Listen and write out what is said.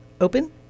open